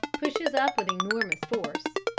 pushes up with enormous force.